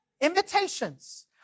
Invitations